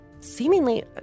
seemingly